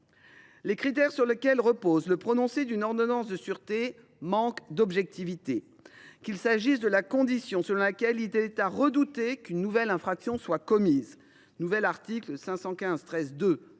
Les critères sur lesquels reposerait le prononcé d’une ordonnance de sûreté manquent d’objectivité, qu’il s’agisse de la condition selon laquelle « il est à redouter qu’une nouvelle infraction soit commise » ou de celle selon